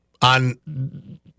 on